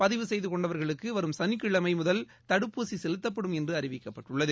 பதிவு செய்து கொண்டவர்களுக்கு வரும் சனிக்கிழமை முதல் தடுப்பூசி செலுத்தப்படும் என்று அறிவிக்கப்பட்டுள்ளது